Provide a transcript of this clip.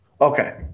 okay